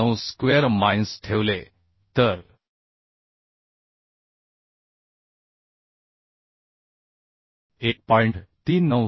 679 square minus ठेवले तर 1